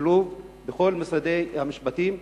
בשילוב כל משרדי הממשלה,